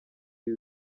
ibi